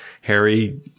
Harry